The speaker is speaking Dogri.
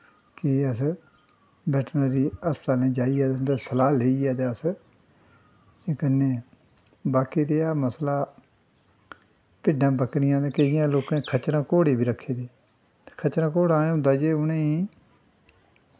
केह् अस वैटनरी हस्पतालें जाइयै उं'दी स्लाह् लेइयै अस एह् करने बाकी रेहा मसला भिड्डां बक्करियां ते केइयें लोकें खच्चरां घोड़ी बी रक्खी दियां ते खच्चरें घोड़ें दा एह् होंदा जे उ'नें गी